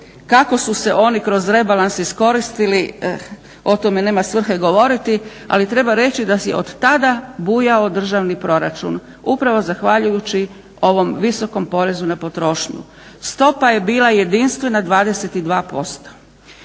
kako su se oni kroz rebalans iskoristili o tome nema svrhe govoriti, ali treba reći da je od tada bujao državni proračun upravo zahvaljujući ovom visokom porezu na potrošnju. Stopa je bila jedinstvena, 22%.